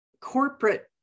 corporate